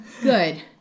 Good